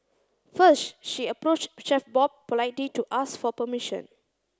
first she approached Chef Bob politely to ask for permission